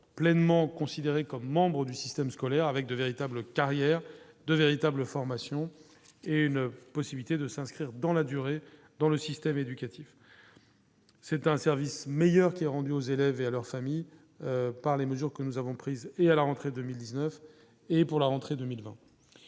pleinement considéré comme membre du système scolaire avec de véritables carrières de véritable formation et une possibilité de s'inscrire dans la durée, dans le système éducatif, c'est un service meilleur qui est rendu aux élèves et à leurs familles par les mesures que nous avons prises et à la rentrée 2019. Et pour la rentrée 2020